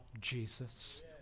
Jesus